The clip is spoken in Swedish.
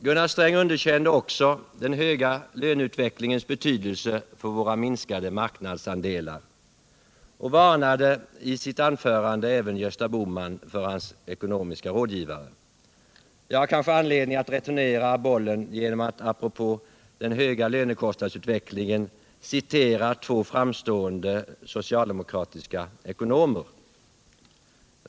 Gunnar Sträng underkände också den höga löneutvecklingens betydelse för våra minskade marknadsandelar och varnade i sitt anförande även Gösta Bohman för hans ekonomiska rådgivare. Jag har kanske anledning att returnera bollen genom att apropå den höga lönekostnadsutvecklingen citera två framstående socialdemokratiska ekonomer.